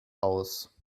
aus